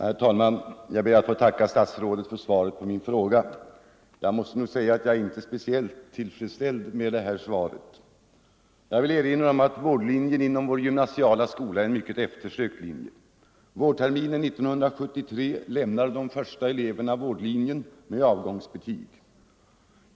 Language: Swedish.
Her talman! Jag ber att få tacka statsrådet för svaret på min fråga. Jag måste nog säga att jag inte är speciellt tillfredsställd med det. Jag vill erinra om att vårdlinjen inom vår gymnasieskola är en mycket eftersökt linje. Vårterminen 1973 lämnade de första eleverna vårdlinjen med avgångsbetyg.